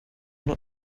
not